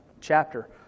chapter